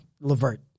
Levert